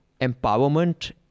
empowerment